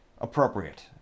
appropriate